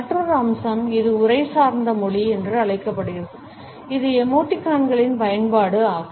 மற்றொரு அம்சம் இது உரைசார்ந்த மொழி என்று அழைக்கப்படுகிறது இது எமோடிகான்களின் பயன்பாடு ஆகும்